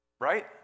Right